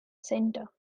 center